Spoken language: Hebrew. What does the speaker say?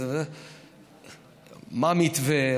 מה מתווה,